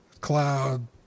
cloud